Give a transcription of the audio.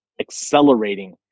accelerating